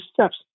steps